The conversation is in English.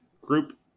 group